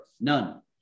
none